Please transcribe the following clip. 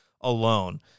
alone